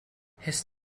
his